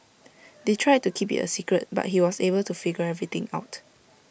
they tried to keep IT A secret but he was able to figure everything out